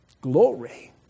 Glory